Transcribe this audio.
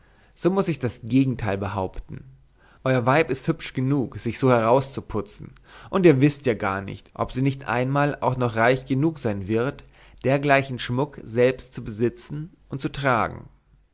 so muß ich das gegenteil behaupten euer weib ist hübsch genug sich so herauszuputzen und ihr wißt ja nicht ob sie nicht einmal auch noch reich genug sein wird dergleichen schmuck selbst zu besitzen und zu tragen